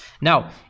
Now